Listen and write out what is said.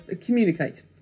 communicate